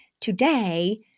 today